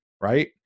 Right